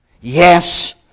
Yes